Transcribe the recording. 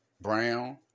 Brown